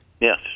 Yes